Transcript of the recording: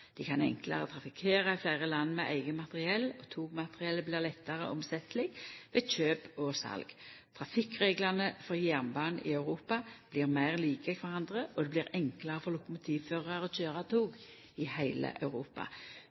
Dei kan enklare trafikkera i fleire land med eige materiell, og togmateriellet blir lettare omsetjeleg ved kjøp og sal. Trafikkreglane for jernbanen i Europa blir meir like kvarandre, og det blir enklare for lokomotivførarar å køyra tog i heile Europa.